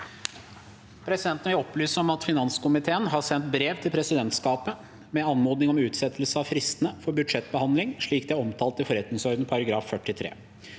Presidenten vil opplyse om at finanskomiteen har sendt brev til presidentskapet med anmodning om utsettelse av fristene for budsjettbehandlingen, slik de er omtalt i forretningsordenen § 43.